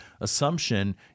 assumption